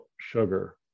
sugar